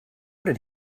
did